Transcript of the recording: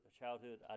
childhood